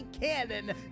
cannon